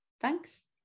thanks